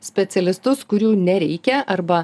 specialistus kurių nereikia arba